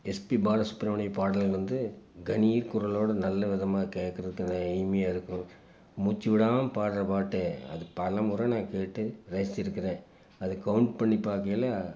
SP Bala Subramaniam பாடல் வந்து கணீர் குரலோடு நல்ல விதமாக கேட்கறதுக்கு நல்ல இனிமையாக இருக்கும் மூச்சு விடாமல் பாடுற பாட்டே அது பல முறை நான் கேட்டு ரசிச்சுருக்குறேன் அது கவுண்ட் பண்ணி பார்க்கையில